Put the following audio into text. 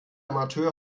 amateur